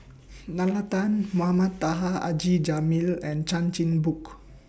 Nalla Tan Mohamed Taha Haji Jamil and Chan Chin Bock